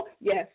Yes